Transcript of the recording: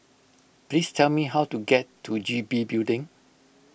please tell me how to get to G B Building